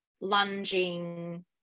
lunging